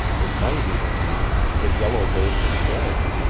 it might even be that yellow bird was dead.